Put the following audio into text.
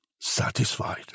satisfied